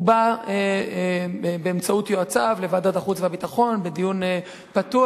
הוא בא באמצעות יועציו לוועדת החוץ והביטחון בדיון פתוח